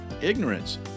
Ignorance